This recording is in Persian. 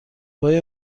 های